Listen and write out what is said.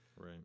Right